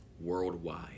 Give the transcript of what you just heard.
worldwide